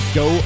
go